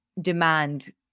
demand